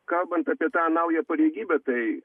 kalbant apie tą naują pareigybę tai